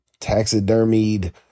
taxidermied